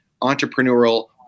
entrepreneurial